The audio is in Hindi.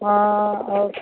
हाँ और